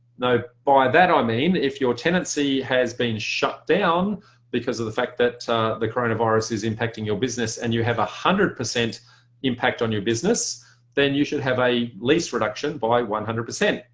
by that i mean if your tenancy has been shut down because of the fact that the coronavirus is impacting your business and you have a hundred percent impact on your business then you should have a lease reduction by one hundred percent.